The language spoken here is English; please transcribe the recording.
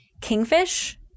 kingfish